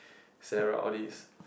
Sarah all this